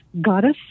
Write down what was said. Goddess